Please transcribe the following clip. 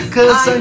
Cause